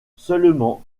seulement